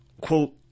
quote